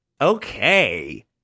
Okay